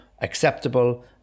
acceptable